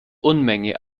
unmenge